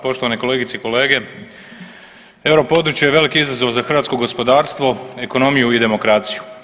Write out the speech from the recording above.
Poštovane kolegice i kolege euro područje je velik izazov za hrvatsko gospodarstvo, ekonomiju i demokraciju.